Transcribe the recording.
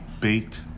Baked